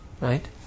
Right